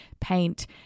paint